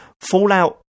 Fallout